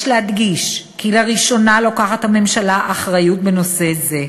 יש להדגיש כי לראשונה לוקחת הממשלה אחריות בנושא זה.